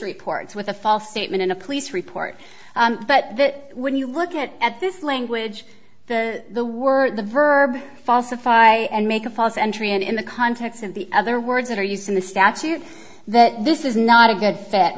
reports with a false statement in a police report but that when you look at at this language the the word the verb falsify and make a false entry and in the context in other words that are used in the statute that this is not a good f